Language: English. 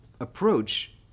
approach